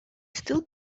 still